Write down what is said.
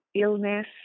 illness